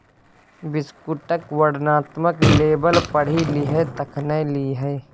बिस्कुटक वर्णनात्मक लेबल पढ़ि लिहें तखने लिहें